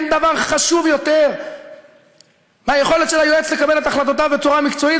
אין דבר חשוב יותר מהיכולת של היועץ לקבל את החלטותיו בצורה מקצועית.